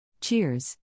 Cheers